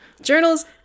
Journals